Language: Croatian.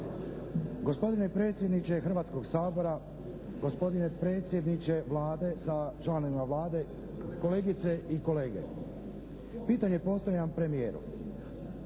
Gospodine predsjedniče Hrvatskog sabora, gospodine predsjedniče Vlade sa članovima Vlade, kolegice i kolege. Pitanje postavljam premijeru.